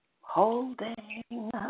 Holding